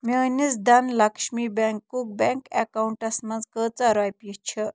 میٛٲنِس دھَن لَکشمی بیٚنٛکُک بیٚنٛک ایٚکاونٛٹَس منٛز کۭژاہ رۄپیہِ چھِ